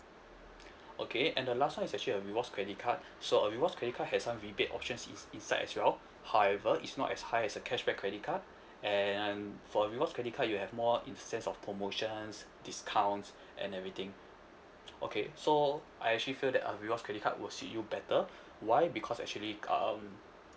okay and the last [one] is actually a rewards credit card so a rewards credit card has some rebate options in~ inside as well however is not as high as a cashback credit card and for rewards credit card you have more in the sense of promotions discounts and everything okay so I actually feel that a rewards credit card will suit you better why because actually um